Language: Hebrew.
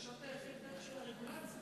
זה השוט היחיד של הרגולציה,